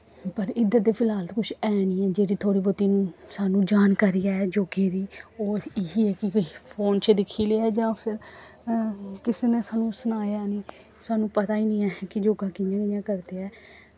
पर इद्धर ते फिलहाल ते कुछ है नी ऐ जेह्ड़ी थोह्ड़ी बौह्ती सानूं जानकारी है योगे दी ओह् इयै ऐ कि फोन च दिक्खी लेआ जां फिर किसे ने सानूं सनाया निं सानूं पता गै निं ऐ कि योग कि'यां कि'यां करदे ऐ